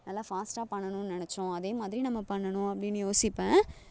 நல்லா ஃபாஸ்ட்டாக பண்ணணும்னு நினைச்சோம் அதே மாதிரி நம்ம பண்ணணும் அப்படீன்னு யோசிப்பேன்